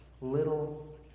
little